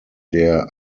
der